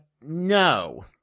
No